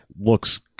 looks